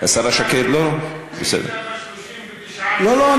השרה שקד, 39 מיליארד, לא, לא.